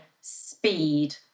speed